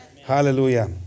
Hallelujah